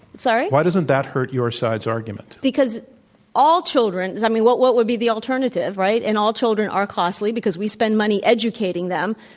sorry? why doesn't that hurt your side's argument? because because all children i mean, what what would be the alternative, right? and all children are costly because we spend money educating them.